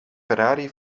ferrari